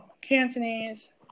Cantonese